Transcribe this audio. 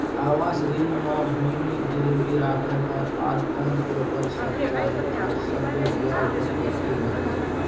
आवास ऋण म भूमि गिरवी राखै पर आर कोन पेपर सब चाही आ संगे ब्याज दर कत्ते रहते?